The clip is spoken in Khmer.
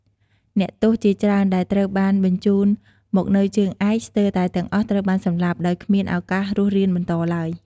អ្នកទោសជាច្រើនដែលត្រូវបានបញ្ជូនមកនៅជើងឯក ស្ទើរតែទាំងអស់ត្រូវបានសម្លាប់ ដោយគ្មានឱកាសរស់រានបន្តឡើយ។